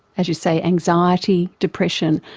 as you say, anxiety, depression?